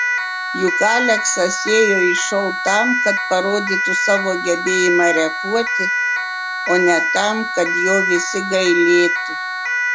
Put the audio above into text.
juk aleksas ėjo į šou tam kad parodytų savo gebėjimą repuoti o ne tam kad jo visi gailėtų